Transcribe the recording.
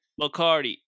McCarty